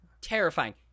Terrifying